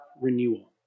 renewal